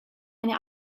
eine